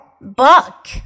book